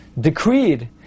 decreed